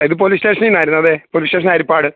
ഇത് പോലീസ് സ്റ്റേഷനീന്നായിരുന്നു അതെ പോലീസ് സ്റ്റേഷന് ഹരിപ്പാട്